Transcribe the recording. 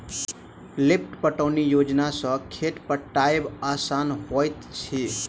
lift पटौनी योजना सॅ खेत पटायब आसान होइत अछि